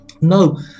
No